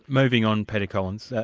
moving on, peter collins,